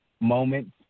moments